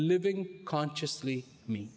living consciously me